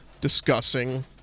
discussing